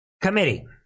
committee